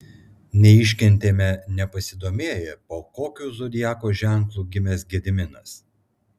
neiškentėme nepasidomėję po kokiu zodiako ženklu gimęs gediminas